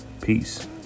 peace